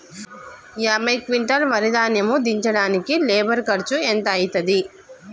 యాభై క్వింటాల్ వరి ధాన్యము దించడానికి లేబర్ ఖర్చు ఎంత అయితది?